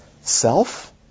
self